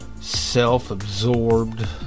self-absorbed